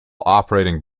operating